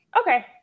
Okay